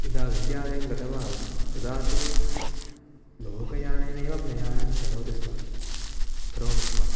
यदा विद्यालयं गतवान् तदा तु लोकयानेनैव प्रयाणं करोमि स्म करोमि स्म